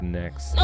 next